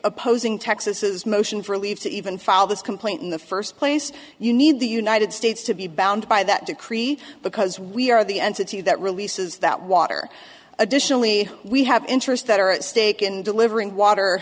opposing texas motion for leave to even filed this complaint in the first place you need the united states to be bound by that decree because we are the entity that releases that water additionally we have interests that are at stake in delivering water